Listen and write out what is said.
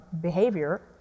behavior